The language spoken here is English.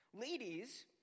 Ladies